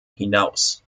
hinaus